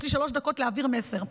יש לי שלוש דקות להעביר מסר.